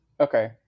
Okay